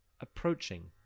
approaching